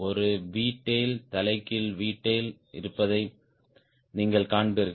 ஒரு V Tail தலைகீழ் V Tail இருப்பதை நீங்கள் காண்பீர்கள்